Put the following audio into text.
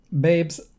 Babes